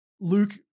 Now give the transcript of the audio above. Luke